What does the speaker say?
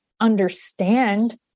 understand